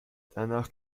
danach